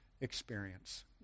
experience